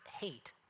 hate